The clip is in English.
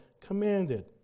commanded